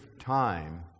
time